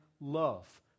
love